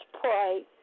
pray